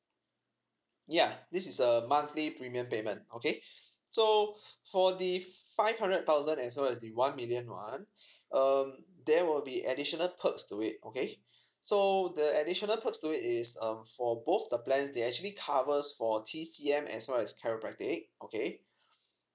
ya this is a monthly premium payment okay so for the five hundred thousand as well as the one million one um there will be additional perks to it okay so the additional perks to it is um for both the plans they actually covers for T_C_M as well as chiropractic okay